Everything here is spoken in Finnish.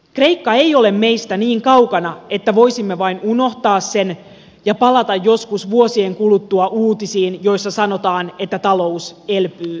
kreikka ei ole meistä niin kaukana että voisimme vain unohtaa sen ja palata joskus vuosien kuluttua uutisiin joissa sanotaan että talous elpyy hitaasti